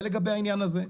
זה לגבי העניין הזה,